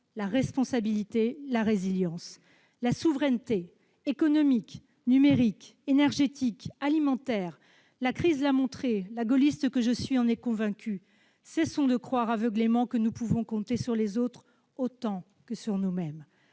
la responsabilité et la résilience. La souveraineté, tout d'abord, économique, numérique, énergétique ou alimentaire. La crise a montré, et la gaulliste que je suis en est convaincue, que nous devons cesser de croire aveuglément que nous pouvons compter sur les autres autant que sur nous-mêmes.